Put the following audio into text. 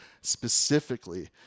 specifically